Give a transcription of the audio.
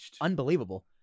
Unbelievable